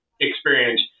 experience